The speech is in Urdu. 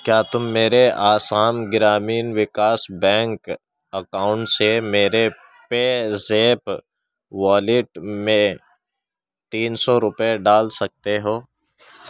کیا تم میرے آسام گرامین وکاس بینک اکاؤنٹ سے میرے پے زیپ والیٹ میں تین سو روپئے ڈال سکتے ہو